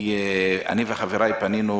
אני וחבריי פנינו,